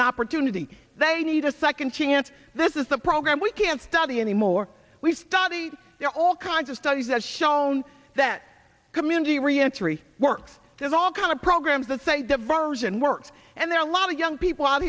an opportunity they need a second chance this is a program we can't study anymore we study there all kinds of studies have shown that community reentry works there's all kind of programs that say diversion work and there are a lot of young people out